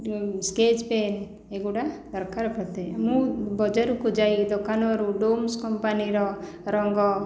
sketch pen ଏଇଗୁଡ଼ା ଦରକାର ହୋଇଥାଏ ମୁଁ ବଜାରକୁ ଯାଇ ଦୋକାନରୁ ଡୋମ୍ସ କମ୍ପାନୀର ରଙ୍ଗ